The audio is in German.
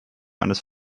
eines